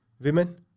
Women